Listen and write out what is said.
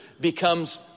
becomes